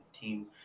team